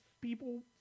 people